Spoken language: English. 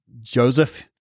Joseph